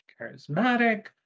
charismatic